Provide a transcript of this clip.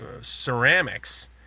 ceramics